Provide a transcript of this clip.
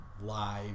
live